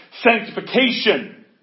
sanctification